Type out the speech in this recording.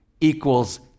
equals